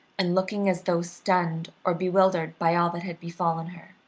and looking as though stunned or bewildered by all that had befallen her.